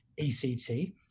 ECT